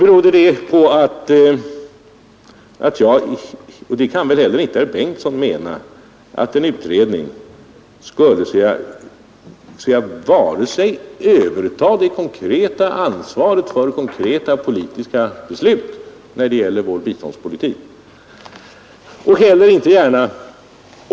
Herr Bengtson kan väl inte heller mena att en utredning skulle överta det direkta ansvaret för konkreta politiska beslut när det gäller vår biståndspolitik.